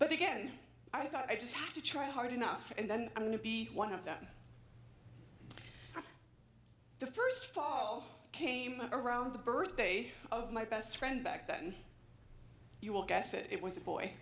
but again i thought i just have to try hard enough and then i'm going to be one of them the first came around the birthday of my best friend back then you will guess it was a boy